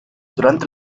durante